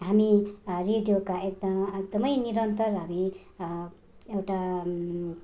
हामी रेडियोका एकतामा एकदमै निरन्तर हामी एउटा